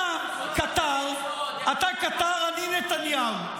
אתה קטר, אני נתניהו.